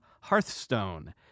Hearthstone